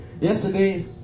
yesterday